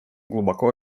глубоко